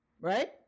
right